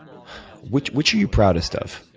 which which are you proudest of?